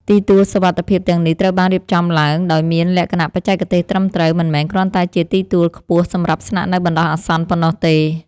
ទីទួលសុវត្ថិភាពទាំងនេះត្រូវបានរៀបចំឡើងដោយមានលក្ខណៈបច្ចេកទេសត្រឹមត្រូវ មិនមែនគ្រាន់តែជាទីទួលខ្ពស់សម្រាប់ស្នាក់នៅបណ្ដោះអាសន្នប៉ុណ្ណោះទេ។